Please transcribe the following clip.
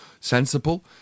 sensible